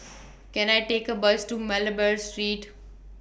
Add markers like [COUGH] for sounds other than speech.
[NOISE] Can I Take A Bus to Malabar Street